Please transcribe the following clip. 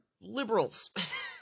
liberals